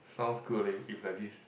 sounds good leh if like this